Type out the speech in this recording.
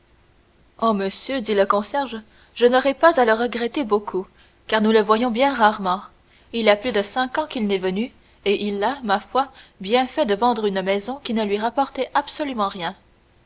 oh monsieur dit le concierge je n'aurai pas à le regretter beaucoup car nous le voyons bien rarement il y a plus de cinq ans qu'il n'est venu et il a ma foi bien fait de vendre une maison qui ne lui rapportait absolument rien